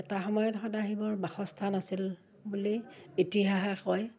এটা সময়ত সদা শিৱৰ বাসস্থান আছিল বুলি ইতিহাসে কয়